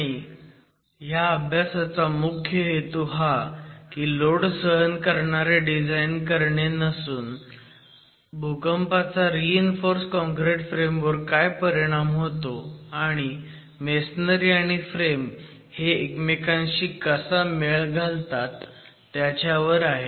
आणि ह्या अभ्यासाचा मुख्य हेतू हा लोड सहन करणारे डिझाईन करणे असा नसून भूकंपाचा रीइन्फोर्स काँक्रिट फ्रेमवर काय परिणाम होतो आणि मेसोनरी आणि फ्रेम हे एकमेकांशी कसा मेळ घालतात त्यावर आहे